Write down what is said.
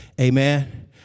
amen